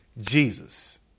Jesus